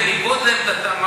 בניגוד לעמדתם,